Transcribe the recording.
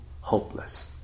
hopeless